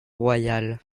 royal